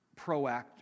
proactive